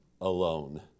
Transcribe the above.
alone